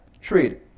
trade